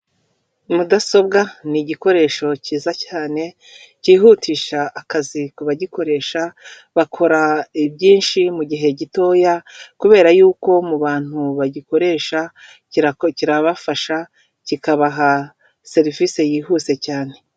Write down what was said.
Mudasobwa ni igikoresho cyiza cyane cyihutisha akazi ku bagikoresha, bakora byinshi mu gihe gitoya, kubera y'uko mu bantu bagikoresha kirabafasha kikabaha serivisi yihuse cyane.